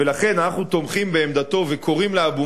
ולכן אנחנו תומכים בעמדתו וקוראים לאבו